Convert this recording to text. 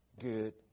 good